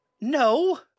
No